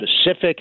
specific